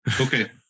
Okay